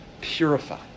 purify